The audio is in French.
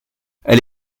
elle